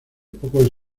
pocos